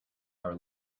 our